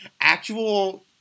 actual